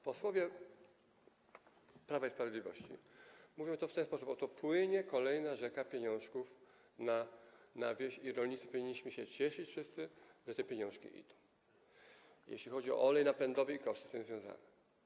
Posłowie Prawa i Sprawiedliwości mówią w ten sposób: oto płynie kolejna rzeka pieniążków na wieś i rolnicy, wszyscy powinniśmy się cieszyć, że te pieniążki idą, jeśli chodzi o olej napędowy i koszty z tym związane.